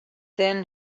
then